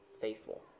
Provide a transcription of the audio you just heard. faithful